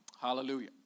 Hallelujah